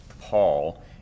Paul